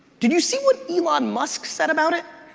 did you see what elon musk said about it?